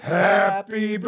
happy